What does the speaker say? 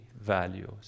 values